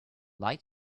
lied